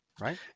right